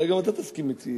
אולי גם אתה תסכים אתי,